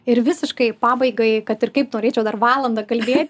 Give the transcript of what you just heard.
ir visiškai pabaigai kad ir kaip norėčiau dar valandą kalbėti